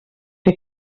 fer